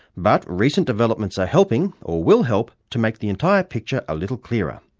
but, recent developments are helping, or will help, to make the entire picture a little clearer.